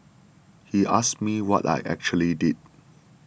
he asked me what I actually did